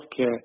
healthcare